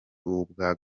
ubwa